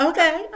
Okay